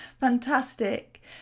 fantastic